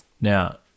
Now